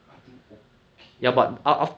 I think okay lah